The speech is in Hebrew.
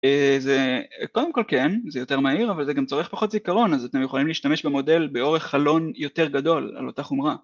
קודם כל כן זה יותר מהיר אבל זה גם צורך פחות זיכרון אז אתם יכולים להשתמש במודל באורך חלון יותר גדול על אותה חומרה